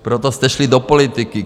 Proto jste šli do politiky.